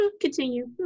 Continue